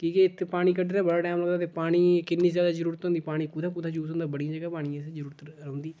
की जे इत्थै पानी कड्डने दा बड़ा टाइम लगदा ते पानी किन्नी जैदा जरूरत होंदी पानी कुत्थै कुत्थै यूज होंदा बड़ियें जगहें पानी जित्थै जरूरत रौंह्दी